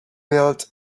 built